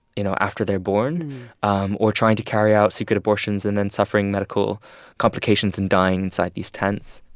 you know, after they're born um or trying to carry out secret abortions and then suffering medical complications and dying inside these tents.